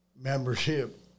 membership